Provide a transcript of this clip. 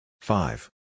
Five